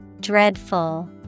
dreadful